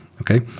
okay